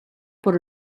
por